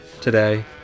today